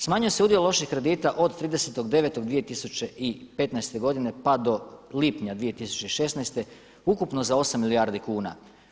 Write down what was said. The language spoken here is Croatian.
Smanjio se udio loših kredita od 30.09.2015. godine pa do lipnja 2016. ukupno za 8 milijardi kuna.